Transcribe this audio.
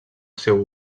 seu